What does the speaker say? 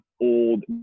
old